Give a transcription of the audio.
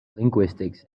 linguistics